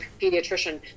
pediatrician